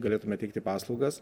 galėtume teikti paslaugas